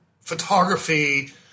photography